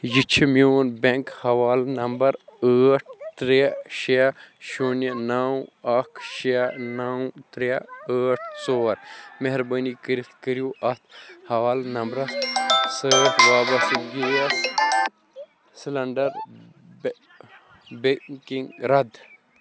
یہِ چھِ میون بٮ۪نٛک حوالہٕ نمبر ٲٹھ ترٛےٚ شےٚ شوٗنہِ نو اکھ شےٚ نو ترٛےٚ ٲٹھ ژور مہربٲنی کٔرِتھ کٔرِو اَتھ حوالہٕ نمبرس سۭتۍ وابستہٕ گیس سِلینٛڈَر بے بیکِنٛگ رد